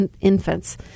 infants